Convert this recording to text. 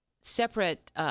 separate